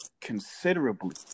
considerably